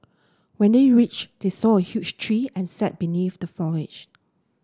when they reached they saw a huge tree and sat beneath the foliage